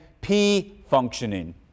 P-functioning